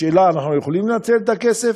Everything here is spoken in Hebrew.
השאלה היא: האם אנחנו יכולים לנצל את הכסף?